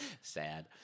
Sad